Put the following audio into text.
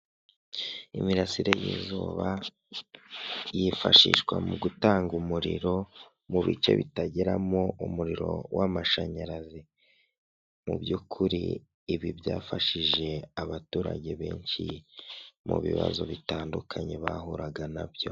Umuhanda w'umukara aho uganisha ku bitaro byitwa Sehashiyibe, biri mu karere ka Huye, aho hahagaze umuntu uhagarika imodoka kugirango babanze basuzume icyo uje uhakora, hakaba hari imodoka nyinshi ziparitse.